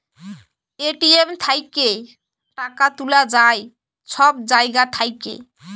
ATM থ্যাইকে টাকা তুলা যায় ছব জায়গা থ্যাইকে